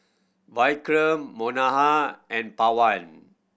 Vikram Manohar and Pawan